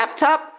laptop